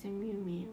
S_M_U 没有